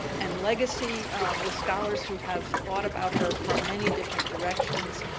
and legacy with scholars who have thought about her from many different directions.